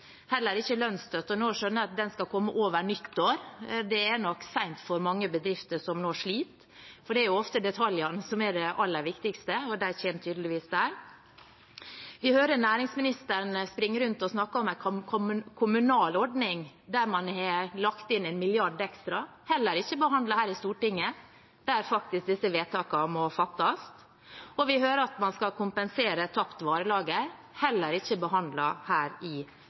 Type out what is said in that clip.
heller ikke lønnsstøtte, men nå skjønner jeg at det skal komme over nyttår. Det er nok sent for mange bedrifter som nå sliter, for det er jo ofte detaljene som er det aller viktigste, og de kommer tydeligvis der. Vi hører næringsministeren springer rundt og snakker om en kommunal ordning der man har lagt inn en milliard ekstra. Det er heller ikke behandlet her i Stortinget, der disse vedtakene faktisk må fattes. Og vi hører at man skal kompensere tapt varelager, og det er heller ikke behandlet her i